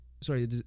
sorry